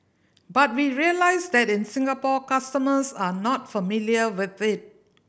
but we realise that in Singapore customers are not familiar with it